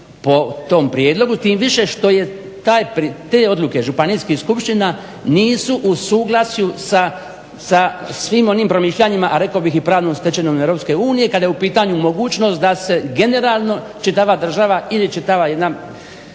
po tom prijedlogu, tim više što je taj prijedlog, te odluke županijskih skupština nisu u suglasju sa svim onim promišljanjima a rekao bih i pravnom stečevinom EU. Kada je u pitanju mogućnost da se generalno čitava država ili čitava jedna